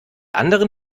anderen